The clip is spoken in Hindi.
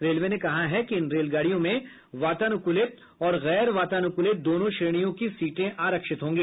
रेलवे ने कहा है कि इन रेलगाड़ियों में वातानुकूलित और गैर वातानुकूलित दोनों श्रेणियों की सीटें आरक्षित होंगी